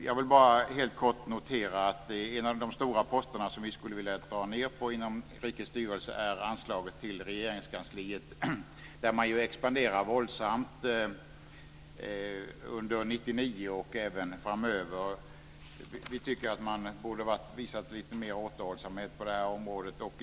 Jag vill bara helt kort notera att en av de stora posterna som vi skulle vilja dra ned på inom utgiftsområdet för rikets styrelse är anslaget till Regeringskansliet, där man expanderar våldsamt under 1999 och även tiden framöver. Vi tycker att man borde ha visat lite mer återhållsamhet på det här området.